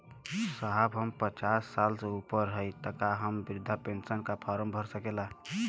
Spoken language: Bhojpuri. साहब हम पचास साल से ऊपर हई ताका हम बृध पेंसन का फोरम भर सकेला?